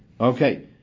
Okay